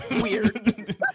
Weird